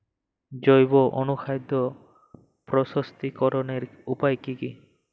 জৈব অনুখাদ্য প্রস্তুতিকরনের উপায় কী কী?